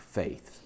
faith